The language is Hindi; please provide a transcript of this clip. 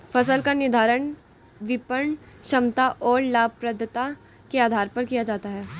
फसल का निर्धारण विपणन क्षमता और लाभप्रदता के आधार पर किया जाता है